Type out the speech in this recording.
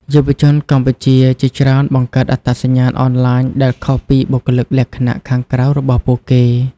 យុវជនកម្ពុជាជាច្រើនបង្កើតអត្តសញ្ញាណអនឡាញ ដែលខុសពីបុគ្គលិកលក្ខណៈខាងក្រៅរបស់ពួកគេ។